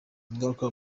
ingaruka